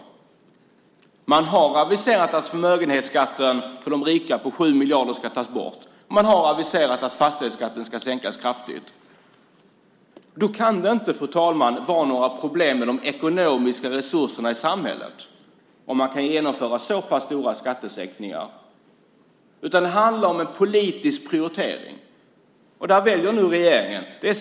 Regeringen har också aviserat att förmögenhetsskatten på 7 miljarder för de rika ska tas bort och fastighetsskatten sänkas kraftigt. Om man kan genomföra så pass stora skattesänkningar kan det inte, fru talman, vara några problem med de ekonomiska resurserna i samhället, utan det handlar om en politisk prioritering. Där väljer regeringen.